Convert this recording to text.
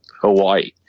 Hawaii